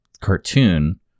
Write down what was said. cartoon